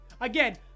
Again